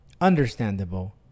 Understandable